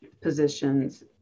positions